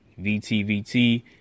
VTVT